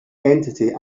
entity